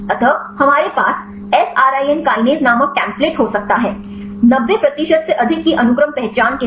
अतः हमारे पास Srin kinase नामक टेम्प्लेट हो सकता है 90 प्रतिशत से अधिक की अनुक्रम पहचान के साथ